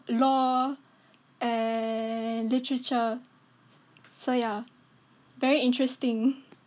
Law and Literature so ya very interesting